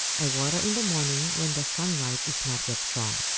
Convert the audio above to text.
i water in the morning, when the sunlight is not yet strong.